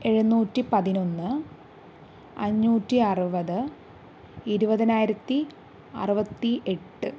എഴുനൂറ്റി പതിനൊന്ന് അഞ്ഞൂറ്റി അറുപത് ഇരുപതിനായിരത്തി അറുപ ത്തി എട്ട്